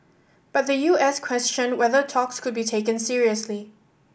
but the U S questioned whether talks could be taken seriously